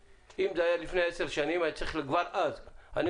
אם זה היה לפני 10 שנים היה צריך כבר אז אני